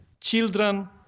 children